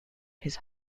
his